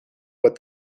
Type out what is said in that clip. what